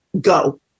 Go